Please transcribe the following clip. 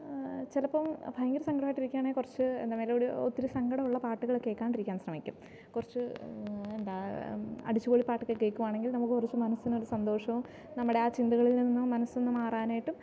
ചിലപ്പോൾ ഭയങ്കര സങ്കടമായിട്ട് ഇരിക്കുകയാണെങ്കിൽ കുറച്ച് എന്താണ് മെലഡി ഒത്തിരി സങ്കടമുള്ള പാട്ടുകൾ കേൾക്കാണ്ടിരിക്കാൻ ശ്രമിക്കും കുറച്ചു എന്താണ് അടിച്ച്പൊളി പാട്ടൊക്കെ കേൾക്കുകയാണെങ്കിൽ നമ്മൾക്ക് കുറച്ച് മനസിന് ഒരു സന്തോഷവും നമ്മുടെ ആ ചിന്തകളിൽ നിന്ന് മനസൊന്ന് മാറാനായിട്ടും